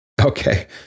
Okay